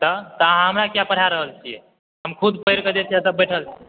तऽ अहाँ हमरा किया पढ़ा रहल छियै हम खुद पढ़ि कऽ जे छै से एतय बैठल छी